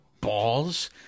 balls